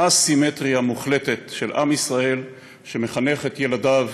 אסימטריה מוחלטת של עם ישראל, שמחנך את ילדיו,